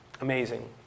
Amazing